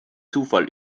zufall